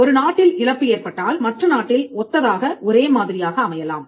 ஒரு நாட்டில் இழப்பு ஏற்பட்டால் மற்ற நாட்டில் ஒத்ததாக ஒரேமாதிரியாக அமையலாம்